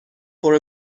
for